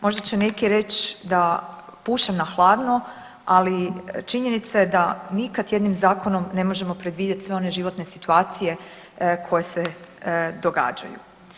Možda će neki reći da pušem na hladno, ali činjenica je da nikad jednim zakonom ne možemo predvidjeti sve one životne situacije koje se događaju.